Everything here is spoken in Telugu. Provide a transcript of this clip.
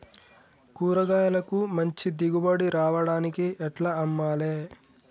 కూరగాయలకు మంచి దిగుబడి రావడానికి ఎట్ల అమ్మాలే?